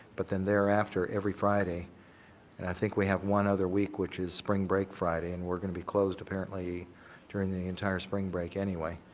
but then thereafter every friday and i think we have one other week which is spring break friday and we are going to be closed apparently during the entire spring break anyway.